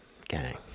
Okay